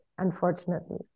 unfortunately